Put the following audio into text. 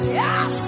yes